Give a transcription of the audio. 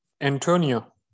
Antonio